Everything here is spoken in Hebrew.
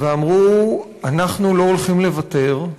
ואמרו: אנחנו לא הולכים לוותר,